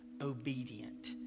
obedient